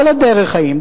לא לדרך חיים,